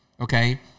okay